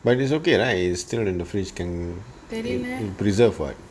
but its okay right its still in the fridge can preserve what